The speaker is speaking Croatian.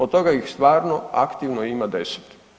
Od toga ih stvarno aktivno ima 10.